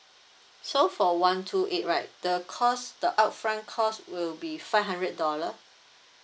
so for one two eight right the cost the upfront cost will be five hundred dollar